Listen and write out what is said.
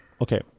okay